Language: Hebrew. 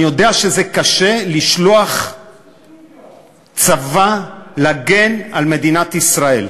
אני יודע שזה קשה לשלוח צבא להגן על מדינת ישראל.